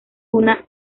una